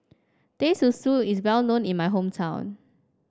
Teh Susu is well known in my hometown